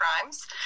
crimes